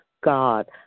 God